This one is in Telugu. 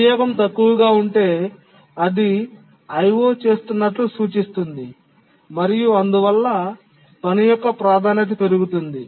వినియోగం తక్కువగా ఉంటే అది IO చేస్తున్నట్లు సూచిస్తుంది మరియు అందువల్ల పని యొక్క ప్రాధాన్యత పెరుగుతుంది